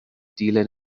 dilyn